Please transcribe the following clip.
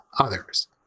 others